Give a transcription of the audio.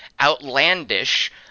outlandish